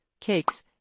cakes